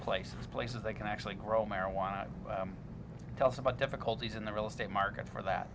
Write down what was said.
places places they can actually grow marijuana i'm talking about difficulties in the real estate market for that